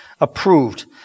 approved